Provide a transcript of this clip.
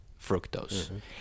fructose